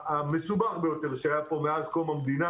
המסובך ביותר שהיה פה מאז קום המדינה,